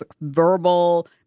verbal